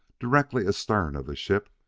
directly astern of the ship,